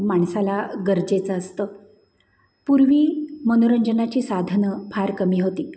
माणसाला गरजेचं असतं पूर्वी मनोरंजनाची साधनं फार कमी होती